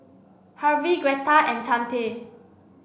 Harvy Gretta and Chante